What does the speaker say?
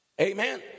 Amen